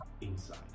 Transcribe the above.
inside